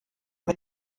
mit